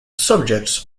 subjects